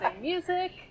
music